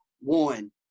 one